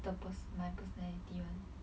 the pers~ my personality [one]